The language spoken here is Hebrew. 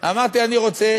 אמרתי: אני רוצה,